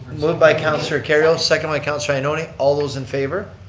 moved by counsellor kerrio, second by counsellor ioannoni. all those in favor.